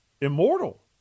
immortal